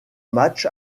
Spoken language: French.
match